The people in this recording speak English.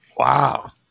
Wow